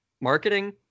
marketing